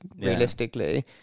realistically